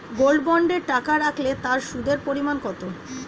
Gold বন্ডে টাকা রাখলে তা সুদের পরিমাণ কত?